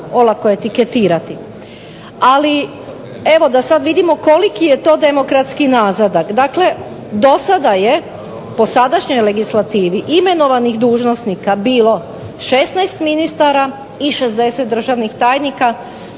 olako etiketirati. Da sada vidimo koliko je to demokratski nazadak, dakle, do sada je po sadašnjoj legislativi imenovanih dužnosnika bilo 16 ministara i 60 državnih tajnika